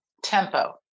Tempo